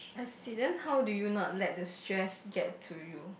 I see then how do you not let the stress get to you